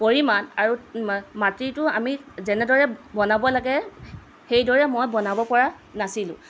পৰিমাণ আৰু মাটিটো আমি যেনেদৰে বনাব লাগে সেইদৰে মই বনাব পৰা নাছিলোঁ